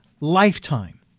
lifetime